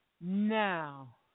now